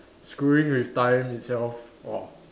screwing with time itself !whoa!